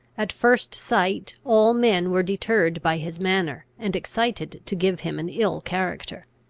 at first sight all men were deterred by his manner, and excited to give him an ill character.